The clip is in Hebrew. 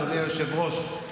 אדוני היושב-ראש,